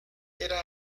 era